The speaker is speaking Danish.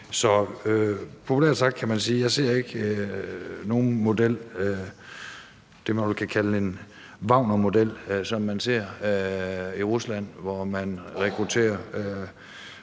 Så populært sagt kan man sige, at jeg ikke ser nogen model for mig – det, man kunne kalde en Wagnermodel, som man ser i Rusland, hvor man rekrutterer